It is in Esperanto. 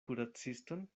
kuraciston